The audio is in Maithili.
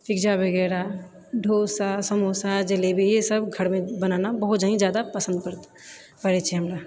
पिज्जा वगैरह डोसा जलेबी समोसा इएह सब घरमे बनाना बहुत ही जादा पसन्द पड़ पड़ै छै हमरा